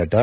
Nadda